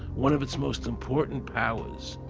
one of it's most important powers,